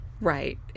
Right